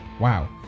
Wow